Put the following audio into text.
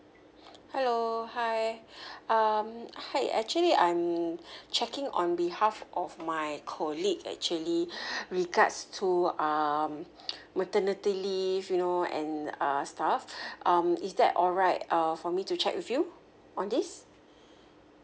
hello hi um hi actually I'm checking on behalf of my colleague actually regards to um maternity leave you know and uh stuff um is that alright uh for me to check with you on this